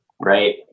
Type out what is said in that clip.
right